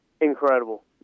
incredible